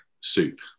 soup